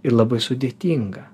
ir labai sudėtinga